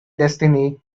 destiny